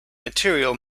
material